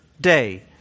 day